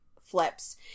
flips